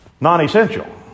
Non-essential